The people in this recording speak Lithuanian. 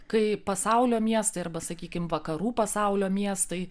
kai pasaulio miestai arba sakykim vakarų pasaulio miestai